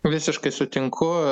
visiškai sutinku